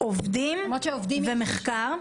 עובדים ומחקר.